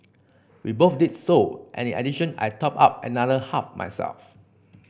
we both did so and in addition I topped up another half myself